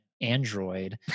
android